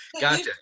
gotcha